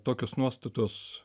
tokios nuostatos